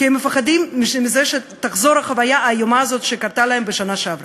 כי הם פוחדים מחזרת החוויה האיומה הזאת שקרתה להם בשנה שעברה?